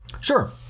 Sure